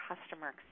customer